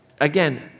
Again